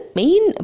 main